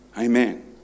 Amen